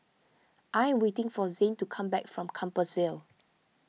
I waiting for Zayne to come back from Compassvale